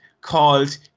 called